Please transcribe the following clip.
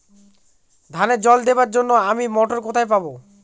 ধানে জল দেবার জন্য আমি মটর কোথায় পাবো?